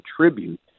contribute